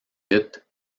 vite